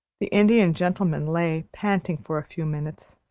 the indian gentleman lay panting for a few minutes,